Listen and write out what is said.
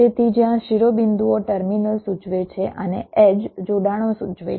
તેથી જ્યાં શિરોબિંદુઓ ટર્મિનલ સૂચવે છે અને એડ્જ જોડાણો સૂચવે છે